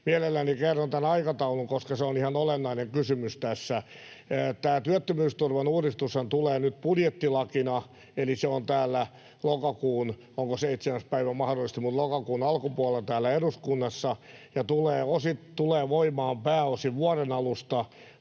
mielelläni kerron tämän aikataulun, koska se on ihan olennainen kysymys tässä. Tämä työttömyysturvan uudistushan tulee nyt budjettilakina, eli onkohan se mahdollisesti lokakuun seitsemäs päivä, siis lokakuun alkupuolella, täällä eduskunnassa ja tulee voimaan pääosin vuoden alusta,